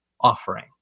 offering